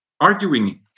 arguing